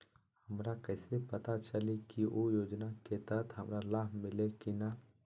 हमरा कैसे पता चली की उ योजना के तहत हमरा लाभ मिल्ले की न?